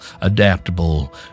adaptable